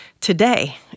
today